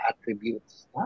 attributes